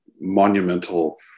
monumental